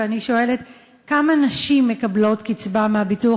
ואני שואלת כמה נשים מקבלות קצבה מהביטוח